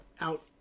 out